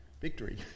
victory